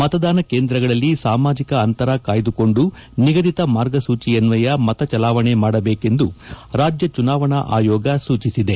ಮತದಾನ ಕೇಂದ್ರಗಳಲ್ಲಿ ಸಾಮಾಜಿಕ ಅಂತರ ಕಾಯ್ದುಕೊಂಡು ನಿಗದಿತ ಮಾರ್ಗಸೂಚಿಯನ್ವಯ ಮತ ಚಲಾವಣೆ ಮಾಡಬೇಕೆಂದು ರಾಜ್ವ ಚುನಾವಣಾ ಆಯೋಗ ಸೂಚಿಸಿದೆ